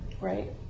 right